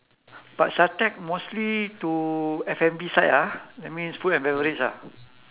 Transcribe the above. but SHATEC mostly to F&B side ah that means food and beverage ah